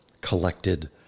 collected